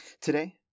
Today